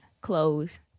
clothes